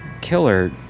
killer